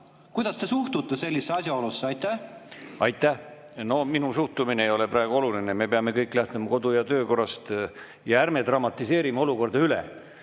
Kuidas te suhtute sellisesse asjaolusse? Aitäh! No minu suhtumine ei ole praegu oluline. Me peame kõik lähtuma kodu- ja töökorrast. Ja ärme dramatiseerime olukorda üle.